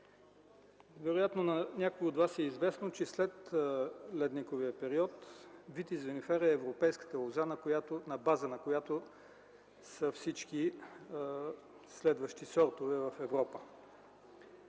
Вероятно на някои от Вас е известно, че след ледниковия период Vitis vinifera е европейската лоза, на база на която са всички следващи сортове в Европа.